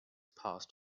passed